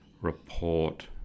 report